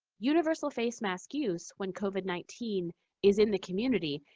universal face mask use, when covid nineteen is in the community,